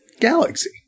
galaxy